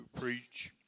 preach